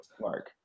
Mark